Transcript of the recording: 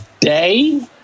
day